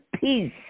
peace